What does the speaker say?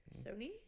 Sony